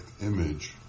image